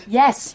yes